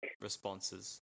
responses